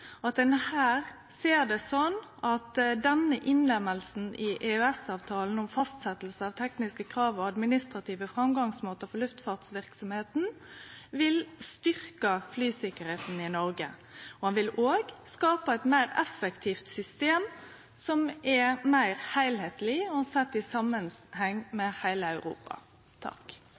at ein her ser det slik at denne innlemminga i EØS-avtala av forordning om fastsetjing av tekniske krav og administrative framgangsmåtar for luftfartsverksemda vil styrkje flysikkerheita i Noreg, og det vil òg skape eit meir effektivt system som er meir heilskapleg, òg sett i samanheng med heile Europa.